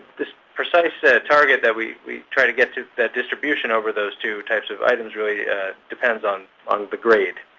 this precise target that we we try to get to, the distribution over those two types of items, really depends on on the grade,